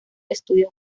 estudios